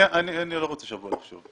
אני לא רוצה שבוע לחשוב.